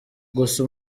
gusa